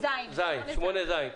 תקנה 8(ז).